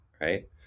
Right